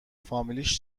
فامیلش